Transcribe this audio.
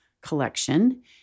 collection